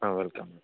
welcome